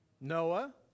Noah